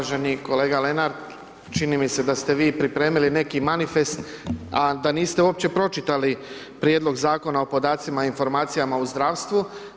Uvaženi kolega Lenart, čini mi se da ste vi pripremili neki manifest a da niste uopće pročitali Prijedlog zakona o podacima i informacijama u zdravstvu.